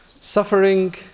Suffering